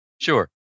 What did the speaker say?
Sure